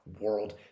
World